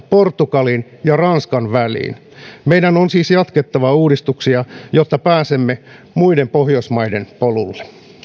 portugalin ja ranskan väliin meidän on siis jatkettava uudistuksia jotta pääsemme muiden pohjoismaiden polulle